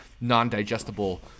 non-digestible